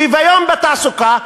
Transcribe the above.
שוויון בתעסוקה,